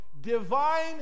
divine